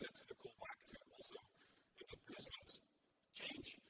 to the callback to also, yeah if the participants change,